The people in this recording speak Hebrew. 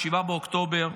7 באוקטובר,